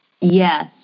Yes